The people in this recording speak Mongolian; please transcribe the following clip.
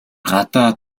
гадаа